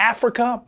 Africa